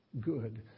good